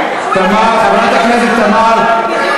חברת הכנסת תמר, אני